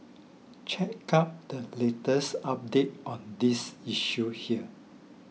check out the latest update on this issue here